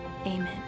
amen